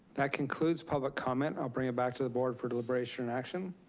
that concludes public comment. i'll bring it back to the board for deliberation and action.